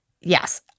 Yes